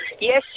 Yes